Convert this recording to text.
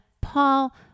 Paul